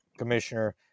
Commissioner